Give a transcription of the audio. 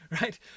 Right